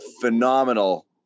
Phenomenal